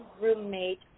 roommate